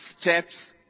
steps